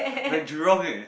we're in Jurong eh